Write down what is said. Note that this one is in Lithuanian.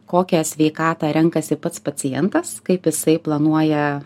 kokią sveikatą renkasi pats pacientas kaip jisai planuoja